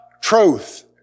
truth